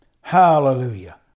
Hallelujah